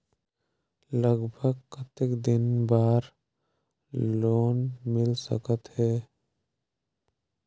लगभग कतेक दिन बार लोन मिल सकत हे?